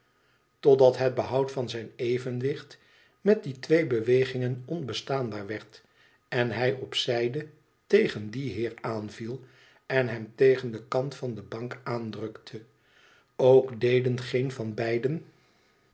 totdat het behoud van zijn evenwicht met die twee bewegingen onbestaanbaar werd en hij op zijde tegen dien heer aanvielen hem tegen den kant van de bank aandrukte ook deden geen van beiden